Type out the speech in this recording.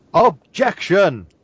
Objection